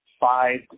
five